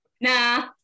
nah